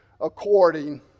according